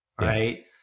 Right